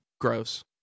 gross